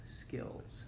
skills